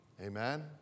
Amen